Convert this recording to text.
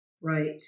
Right